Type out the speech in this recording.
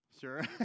Sure